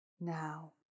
Now